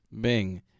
Bing